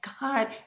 God